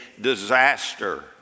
disaster